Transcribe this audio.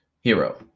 hero